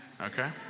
okay